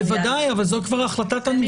בוודאי, אבל זו כבר החלטת הנפגעת.